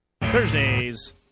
Thursdays